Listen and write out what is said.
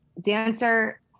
dancer